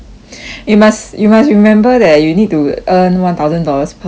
you must you must remember that you need to earn one thousand dollars per hour eh